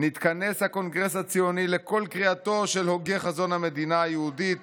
" נתכנס הקונגרס הציוני לקול קריאתו של הוגה חזון המדינה היהודית